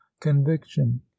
conviction